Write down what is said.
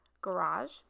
garage